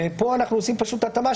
פה אנחנו עושים התאמה,